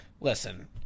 listen